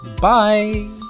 bye